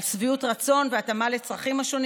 על שביעות רצון והתאמה לצרכים השונים